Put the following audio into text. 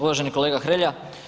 Uvaženi kolega Hrelja.